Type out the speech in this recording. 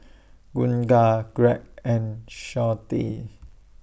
Gunnar Greg and Shawnte